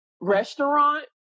restaurant